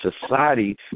society